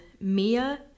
Mia